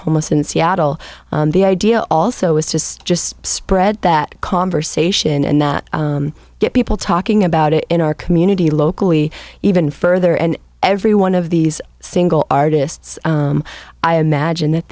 homeless in seattle the idea also is just just spread that conversation and that get people talking about it in our community locally even further and everyone of these single artists i imagine that